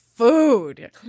food